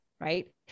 right